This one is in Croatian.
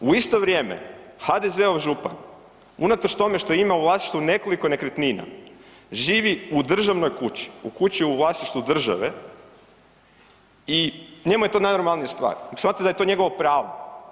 U isto vrijeme HDZ-ov župan unatoč tome što ima u vlasništvu nekoliko nekretnina, živi u državnoj kući u kući u vlasništvu države i njemu je to najnormalnija stvar, … to njegovo pravo.